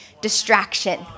distraction